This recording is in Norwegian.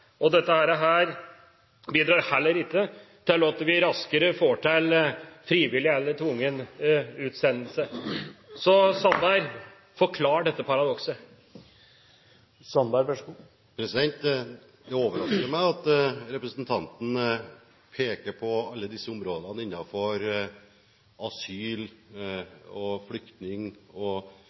og det bidrar heller ikke til at vi raskere får til frivillig eller tvungen utsendelse. Kan Sandberg forklare dette paradokset? Det overrasker meg at representanten peker på alle disse områdene innenfor asyl- og flyktningpolitikken, bl.a. det som gjelder unge asylsøkere, og